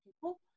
people